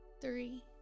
three